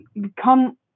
become